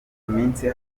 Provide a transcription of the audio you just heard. iminsi